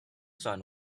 son